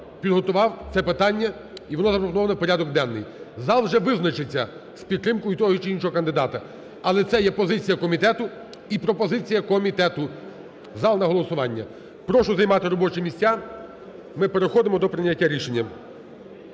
підготував це питання і воно запропоноване в порядок денний, зал вже визначиться з підтримкою того, чи іншого кандидата, але це є позиція комітету і пропозиція комітету - в зал на голосування. Прошу займати робочі місця, ми переходимо до прийняття рішення.